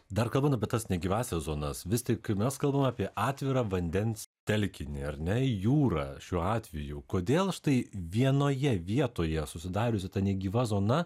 dar kalbant apie tas negyvąsias zonas vis tik mes kalbame apie atvirą vandens telkinį ar ne jūrą šiuo atveju kodėl štai vienoje vietoje susidariusi ta negyva zona